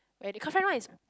cause friend one is